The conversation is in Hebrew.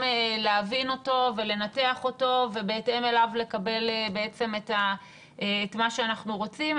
להבין אותו ולנתח אותו ובהתאם אליו לקבל את מה שאנחנו רוצים.